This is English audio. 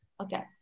Okay